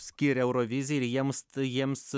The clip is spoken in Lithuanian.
skiria eurovizijai ir jiems tai jiems